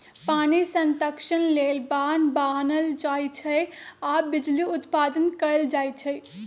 पानी संतक्षण लेल बान्ह बान्हल जाइ छइ आऽ बिजली उत्पादन कएल जाइ छइ